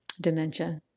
dementia